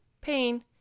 pain